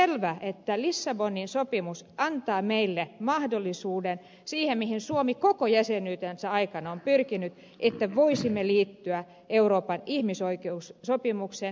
on selvää että lissabonin sopimus antaa meille mahdollisuuden siihen mihin suomi koko jäsenyytensä ajan on pyrkinyt että voisimme liittyä euroopan ihmisoikeussopimukseen